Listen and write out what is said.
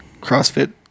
CrossFit